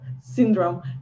syndrome